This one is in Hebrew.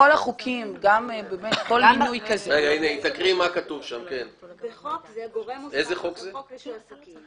אחד הגורמים בחוק רישוי עסקים